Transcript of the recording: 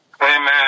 Amen